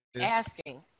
asking